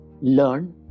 learn